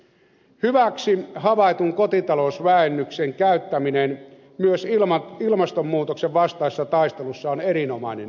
hyväksi havaitun kotitalousvähennyksen käyttäminen myös ilmastonmuutoksen vastaisessa taistelussa on erinomainen idea